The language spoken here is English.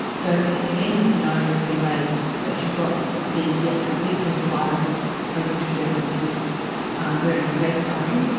so again, the scenario's been raised that you've got the the actual victim survivor who's proposing to give evidence with wearing the face covering.